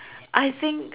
I think